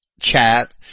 chat